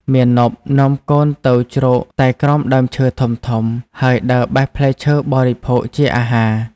មាណពនាំកូនទៅជ្រកតែក្រោមដើមឈើធំៗ ហើយដើរបេះផ្លែឈើបរិភោគជាអាហារ ។